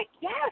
Yes